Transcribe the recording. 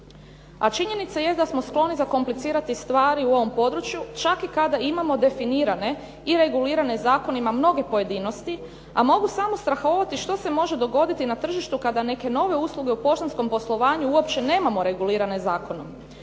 A činjenica jest da smo skloni zakomplicirati stvari u ovom području čak i kada imamo definirane i regulirane zakonima mnoge pojedinosti a mogu samo strahovati što se može dogoditi na tržištu kada neke nove usluge u poštanskom poslovanju uopće nemamo regulirane zakonom.